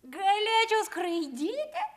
galėčiau skraidyti